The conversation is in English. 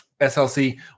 SLC